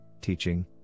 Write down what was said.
teaching